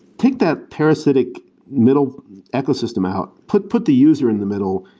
take that parasitic middle ecosystem out, put put the user in the middle,